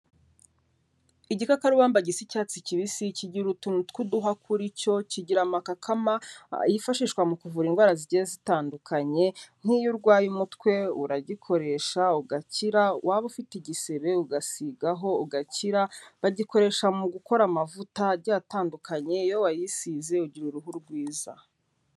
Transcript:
Igikakarubamba gisa icyatsi kibisi, kigira utuntu tw'uduhwa kuri cyo, kigira amakakama yifashishwa mu kuvura indwara zigiye zitandukanye, nk'iyo urwaye umutwe uragikoresha ugakira, waba ufite igisebe ugasigaho ugakira, bagikoresha mu gukora amavuta agiye atandukanye iyo wayisize ugira uruhu rwiza.